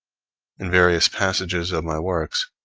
in various passages of my works,